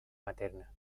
materna